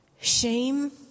Shame